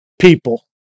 people